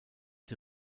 die